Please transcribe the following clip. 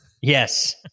Yes